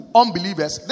unbelievers